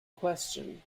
question